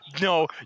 No